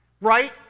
Right